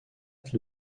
prête